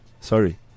Sorry